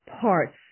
parts